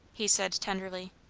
he said tenderly.